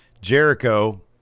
Jericho